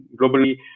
globally